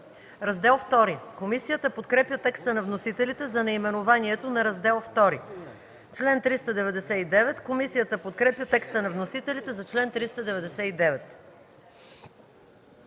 МАНОЛОВА: Комисията подкрепя текста на вносителите за наименованието на Раздел ІІ. Комисията подкрепя текста на вносителите за чл. 399.